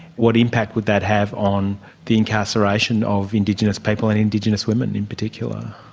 what impact would that have on the incarceration of indigenous people and indigenous women in particular?